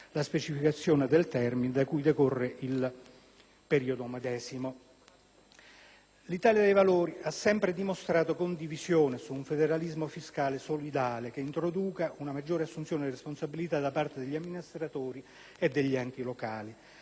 la specificazione del termine da cui decorre il periodo medesimo. L'Italia dei Valori ha sempre dimostrato condivisione su un federalismo fiscale solidale, che introduca una maggiore assunzione di responsabilità da parte degli amministratori e degli enti locali.